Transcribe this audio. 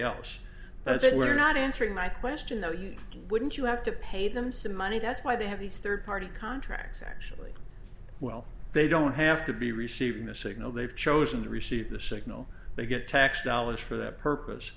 you're not answering my question though you wouldn't you have to pay them some money that's why they have these third party contracts actually well they don't have to be receiving the signal they've chosen to receive the signal they get tax dollars for that purpose